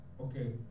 Okay